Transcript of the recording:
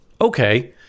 Okay